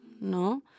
no